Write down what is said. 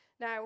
Now